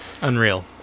unreal